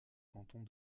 cantons